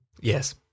Yes